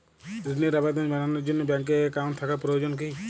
ঋণের আবেদন জানানোর জন্য ব্যাঙ্কে অ্যাকাউন্ট থাকা প্রয়োজন কী?